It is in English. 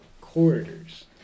corridors